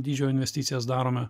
dydžio investicijas darome